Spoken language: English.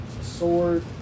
sword